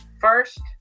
First